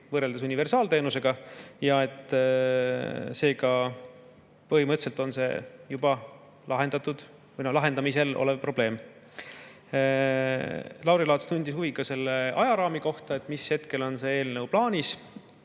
võrreldes universaalteenusega. Seega on see põhimõtteliselt juba lahendamisel olev probleem. Lauri Laats tundis huvi ajaraami kohta, et mis hetkel on see eelnõu plaanis